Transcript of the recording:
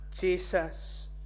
Jesus